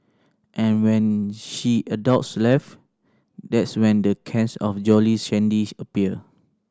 and when she adults left that's when the cans of Jolly Shandy appear